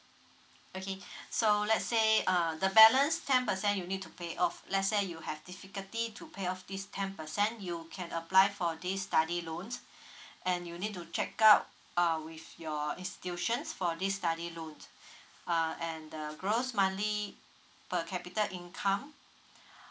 okay so let's say uh the balance ten percent you need to pay off let's say you have difficulty to pair of this ten percent you can apply for this study loan and you need to check out uh with your institutions for this study loan uh and the gross monthly per capita income